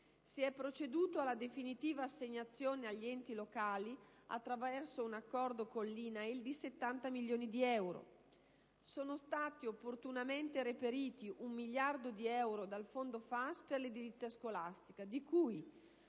Si è proceduto alla definitiva assegnazione agli enti locali, attraverso un accordo con l'INAIL, di 70 milioni di euro; sono stati opportunamente reperiti un miliardo di euro dal fondo FAS per l'edilizia scolastica, di cui